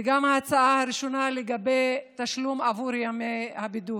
וגם על ההצעה הראשונה לגבי תשלום עבור ימי הבידוד.